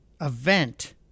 event